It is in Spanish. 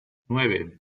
nueve